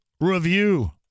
review